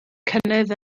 cynnydd